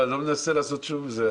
אני לא מנסה לעשות שום זה,